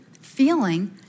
feeling